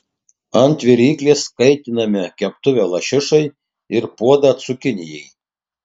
ant viryklės kaitiname keptuvę lašišai ir puodą cukinijai